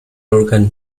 organ